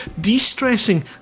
de-stressing